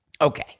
okay